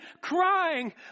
crying